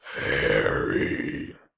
Harry